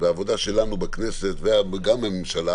והעבודה שלנו בכנסת וגם בממשלה